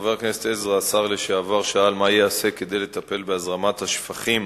חבר הכנסת גדעון עזרא שאל את השר להגנת הסביבה ביום